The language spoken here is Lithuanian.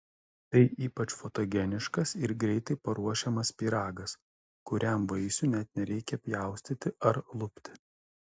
tai ypač fotogeniškas ir greitai paruošiamas pyragas kuriam vaisių net nereikia pjaustyti ar lupti